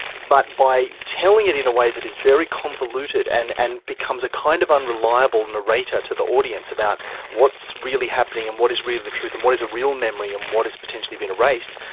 but by telling it in a way that is very convoluted and and becomes a kind of unreliable narrator to the audience about what's really happening and what is really the truth and what is a real memory and what has potentially been erased,